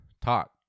taught